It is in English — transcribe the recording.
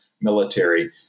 military